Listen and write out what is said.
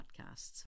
podcasts